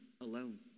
alone